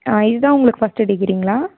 ஆ இதுதான் உங்களுக்கு ஃபஸ்ட்டு டிகிரிங்களா